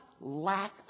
lack